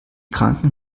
kranken